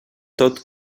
tot